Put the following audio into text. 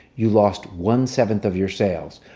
you lost one-seventh of your sales.